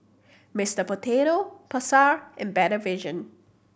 Mister Potato Pasar and Better Vision